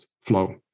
flow